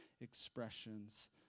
expressions